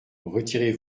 retirez